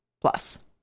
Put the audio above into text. plus